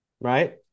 right